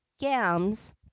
gams